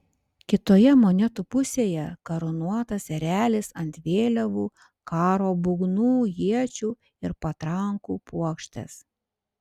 kitoje monetų pusėje karūnuotas erelis ant vėliavų karo būgnų iečių ir patrankų puokštės